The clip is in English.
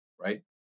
right